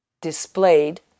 displayed